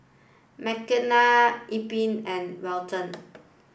Makenna Ephram and Welton